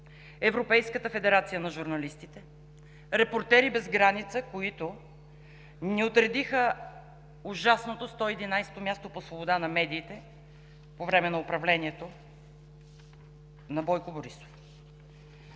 Европейската федерация на журналистите, „Репортери без граници“, които ни отредиха ужасното 111 място по свобода на медиите по време на управлението на Бойко Борисов.